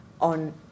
on